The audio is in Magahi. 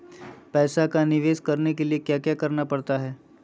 पैसा का निवेस करने के लिए क्या क्या करना पड़ सकता है?